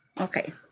Okay